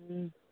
ꯎꯝ